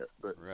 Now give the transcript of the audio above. Right